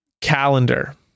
Calendar